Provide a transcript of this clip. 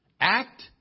Act